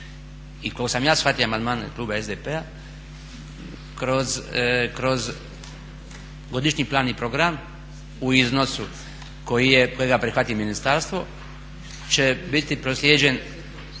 i koliko sam ja shvatio amandmane kluba SDP-a kroz godišnji plan i program u iznosu kojega prihvati ministarstvo će biti proslijeđen